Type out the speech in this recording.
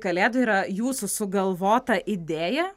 kalėdų yra jūsų sugalvota idėja